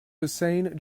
hussein